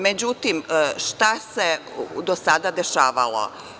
Međutim, šta se do sada dešavalo?